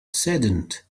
saddened